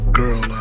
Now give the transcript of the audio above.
girl